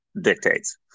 dictates